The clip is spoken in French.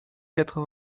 quatre